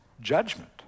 judgment